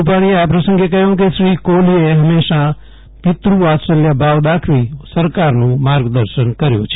રૂપાણીએ આ પ્રસંગે કહ્યું કે શ્રી કોફલીએ ફંમેશા પિતૃવાત્સલ્યભાવ દાખવી સરકારનું માર્ગદર્શન કર્યું છે